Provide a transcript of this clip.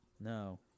No